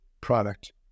product